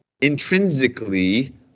intrinsically